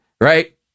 right